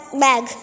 bag